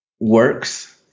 works